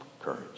courage